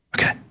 Okay